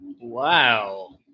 Wow